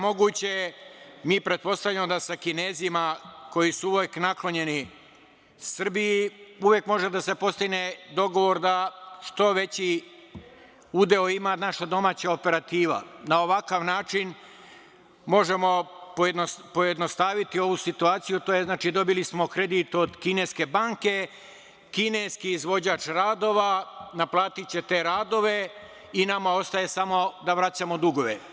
Mi pretpostavljamo da sa Kinezima koji su uvek naklonjeni Srbiji uvek može da se postigne dogovor da što veći udeo ima naša domaća operativa, a na ovakav način možemo pojednostaviti ovu situaciju, a to znači da smo dobili kredit od kineske banke, kineski izvođač radova naplatiće te radove i nama ostaje samo da vraćamo dugove.